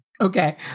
Okay